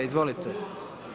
Izvolite.